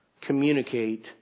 communicate